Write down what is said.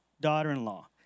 daughter-in-law